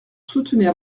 soutenir